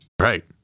Right